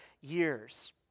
years